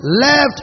left